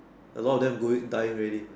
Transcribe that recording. a lot of them going dying already man